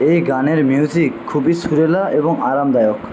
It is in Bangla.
এই গানের মিউজিক খুবই সুরেলা এবং আরামদায়ক